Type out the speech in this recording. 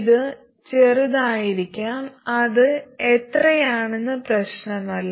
ഇത് ചെറുതായിരിക്കാം അത് എത്രയാണെന്നത് പ്രശ്നമല്ല